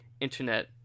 internet